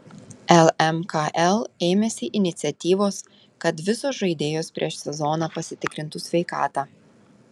lmkl ėmėsi iniciatyvos kad visos žaidėjos prieš sezoną pasitikrintų sveikatą